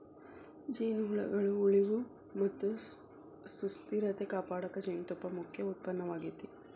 ಜೇನುಹುಳಗಳ ಉಳಿವು ಮತ್ತ ಸುಸ್ಥಿರತೆ ಕಾಪಾಡಕ ಜೇನುತುಪ್ಪ ಮುಖ್ಯ ಉತ್ಪನ್ನವಾಗೇತಿ